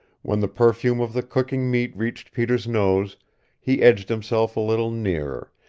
when the perfume of the cooking meat reached peter's nose he edged himself a little nearer,